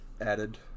added